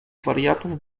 wariatów